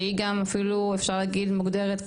שהיא גם אפילו אפשר להגיד מוגדרת כטרור.